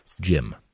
Jim